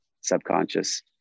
subconscious